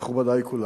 מכובדי כולם,